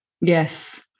yes